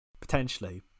Potentially